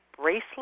bracelet